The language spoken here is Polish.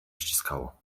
ściskało